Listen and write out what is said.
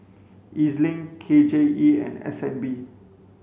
E Z Link K J E and S N B